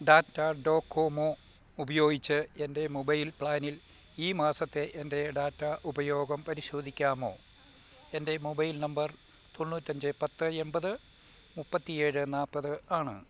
Tata Docomo ഉപയോഗിച്ച് എൻ്റെ mobile പ്ലാനിൽ ഈ മാസത്തെ എൻ്റെ ഡാറ്റ ഉപയോഗം പരിശോധിക്കാമോ എൻ്റെ മൊബൈൽ നമ്പർ തൊണ്ണൂറ്റിയഞ്ച് പത്ത് എണ്പത് മുപ്പത്തി ഏഴ് നാല്പത് ആണ്